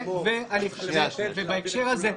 בהקשר הזה,